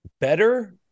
better